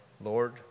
Lord